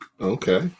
Okay